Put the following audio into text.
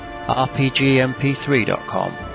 RPGMP3.com